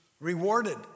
rewarded